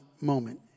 moment